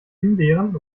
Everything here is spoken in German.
himbeeren